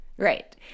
Right